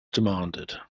demanded